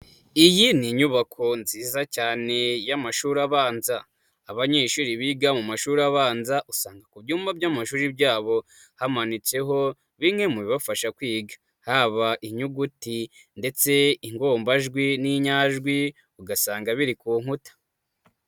Iyi ni inyubako nziza cyane y'amashuri abanza, abanyeshuri biga mu mashuri abanza, usanga ku byumba by'amashuri byabo hamanitseho, bimwe mu bibafasha kwiga, haba inyuguti ndetse ingombajwi n'inyajwi, ugasanga biri ku nkuta.